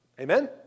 Amen